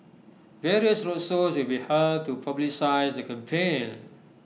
various roadshows will be held to publicise the campaign